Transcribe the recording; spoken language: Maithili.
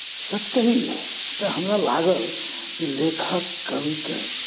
सच कही तऽ हमरा लागल जे लेखक कविकेँ